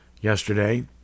yesterday